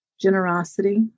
generosity